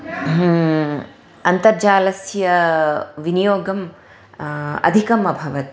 अन्तर्जालस्या विनियोगम् अधिकम् अभवत्